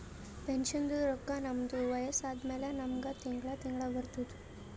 ಪೆನ್ಷನ್ದು ರೊಕ್ಕಾ ನಮ್ದು ವಯಸ್ಸ ಆದಮ್ಯಾಲ ನಮುಗ ತಿಂಗಳಾ ತಿಂಗಳಾ ಬರ್ತುದ್